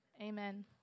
Amen